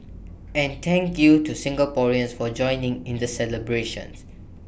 and thank you to Singaporeans for joining in the celebrations